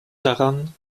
daran